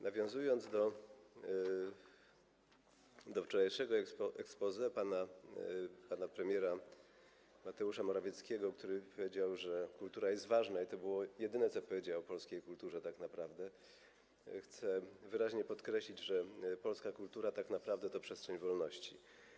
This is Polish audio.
Nawiązując do wczorajszego exposé pana premiera Mateusza Morawieckiego, który powiedział, że kultura jest ważna, i to było jedyne, co powiedział o polskiej kulturze tak naprawdę, chcę wyraźnie podkreślić, że polska kultura to przestrzeń wolności.